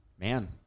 Man